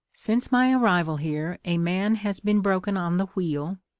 since my arrival here a man has been broken on the wheel,